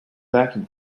vacuum